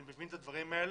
אני מבין את הדברים האלה,